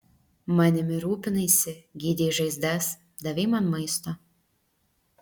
manimi rūpinaisi gydei žaizdas davei man maisto